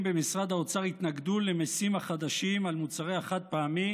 במשרד האוצר התנגדו למיסים החדשים על מוצרי החד-פעמי